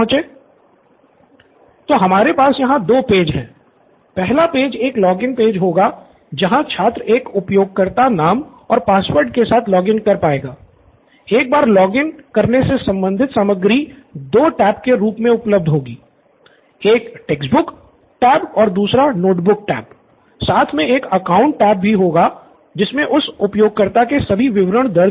student Nithin तो हमारे पास यहाँ दो पेज़ हैं पहला पेज़ एक लॉगिन पेज़ होगा जहाँ छात्र एक उपयोगकर्ता नाम अलग से उपलब्ध होंगे जिसे उपयोगकर्ताओं संपादित कर सकेगा